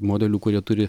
modelių kurie turi